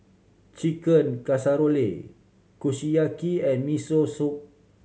Chicken Casserole Kushiyaki and Miso Soup